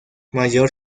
mayor